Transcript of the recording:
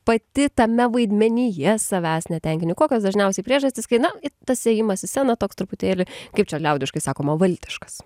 pati tame vaidmenyje savęs netenkini kokios dažniausiai priežastys kai na tas ėjimas į sceną toks truputėlį kaip čia liaudiškai sakoma valdiškas